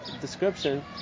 description